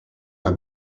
have